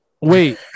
wait